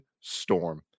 storm